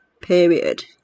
period